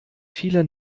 viele